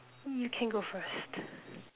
you can go first